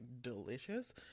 delicious